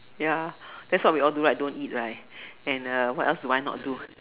ya that's what we all do right don't eat right and uh what else do I not do